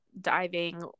diving